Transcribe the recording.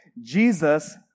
Jesus